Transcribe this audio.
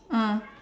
ah